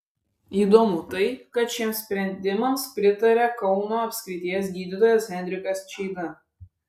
įdomu tai kad šiems sprendimams pritaria kauno apskrities gydytojas henrikas čeida